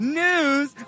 news